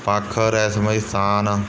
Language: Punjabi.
ਪੱਖ ਰਹੱਸਮਈ ਸਥਾਨ